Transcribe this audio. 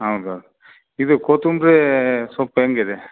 ಹೌದು ಹೌದು ಇದು ಕೊತ್ತಂಬ್ರಿ ಸೊಪ್ಪು ಹೆಂಗಿದೆ